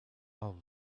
all